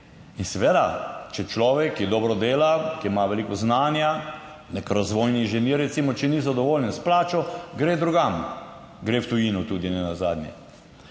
in seveda, če človek, ki dobro dela, ki ima veliko znanja, nek razvojni inženir recimo, če ni zadovoljen s plačo, gre drugam, gre v tujino tudi nenazadnje.